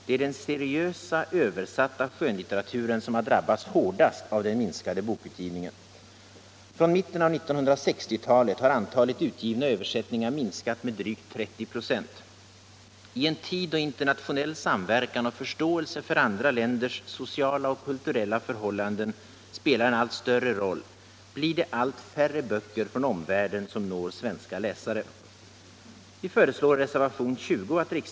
Det är den seriösa översatta skönlitteraturen som drabbats hårdast av den minskade bokutgivningen. Från mitten av 1960-talet har antalet utgivna översättningar minskat med drygt 30 24. I en tid då internationell samverkan och förståelse för andra länders sociala och kulturella förhållanden spelar en allt större roll blir det allt färre böcker från omvärlden som når svenska läsare.